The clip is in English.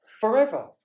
forever